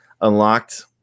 unlocked